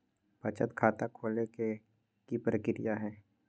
बचत खाता खोले के कि प्रक्रिया है?